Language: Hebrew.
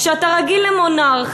כשאתה רגיל למונרכיה,